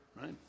right